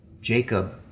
Jacob